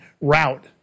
route